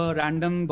random